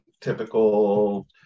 typical